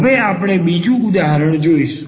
હવે આપણે બીજું ઉદાહરણ જોઈશું